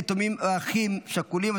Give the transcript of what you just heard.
יתומים ואחים שכולים),